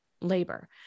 labor